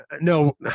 No